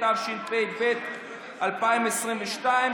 התשפ"ב 2022,